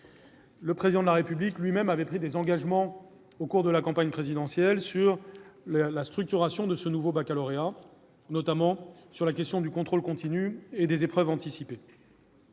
Le Président de la République lui-même avait pris au cours de la campagne présidentielle des engagements sur la structuration de ce nouveau baccalauréat, notamment sur la question du contrôle continu et des épreuves anticipées.